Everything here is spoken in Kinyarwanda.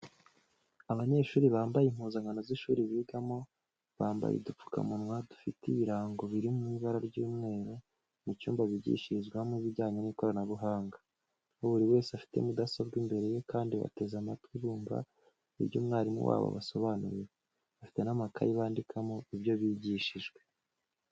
Abanyeshuri bambaye impuzankano z'ishuri bigamo bambaye udupfukamunwa dufite ibirango biri mu ibara ry'umweru bari mu cyumba bigishirizwamo ibijyanye n'ikoranabuhanga, aho buri wese afite mudasobwa imbere ye kandi bateze amatwi bumva ibyo umwarimu wabo abasobanurira, bafite n'amakaye bandikamo ibyo bigishijwe.